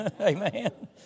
Amen